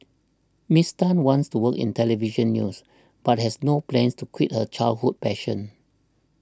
Miss Tan wants to work in Television News but has no plans to quit her childhood passion